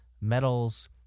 metals